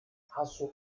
hasso